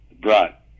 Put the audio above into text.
brought